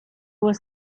was